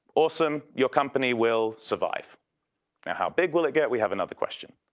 awesome, your company will survive. and how big will it get? we have another question.